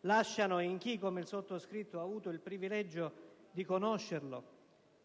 lasciano, in chi, come il sottoscritto, ha avuto il privilegio di conoscerlo